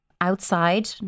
outside